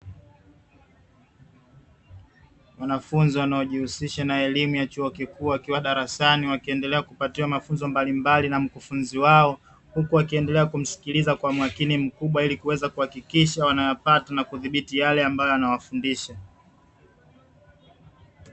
Wanafunzi wanaojihusisha na elimu ya chuo kikuu wakiwa darasani, wakiendelea kupatiwa mafunzo mbalimbali na mkufunzi wao huku wakiendelea kumsikiliza kwa umakini mkubwa ili kuweza kuhakikisha wanayapata na kuyadhibiti yale ambayo anawafundisha.